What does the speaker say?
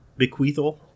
bequeathal